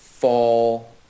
Fall